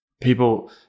People